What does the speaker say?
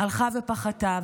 הלכה ופחתה,